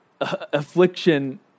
affliction